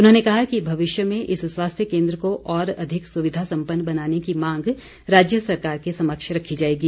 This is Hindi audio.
उन्होंने कहा कि मविष्य में इस स्वास्थ्य केन्द्र को और अधिक सुविधा सम्पन्न बनाने की मांग राज्य सरकार के समक्ष रखी जाएगी